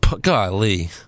Golly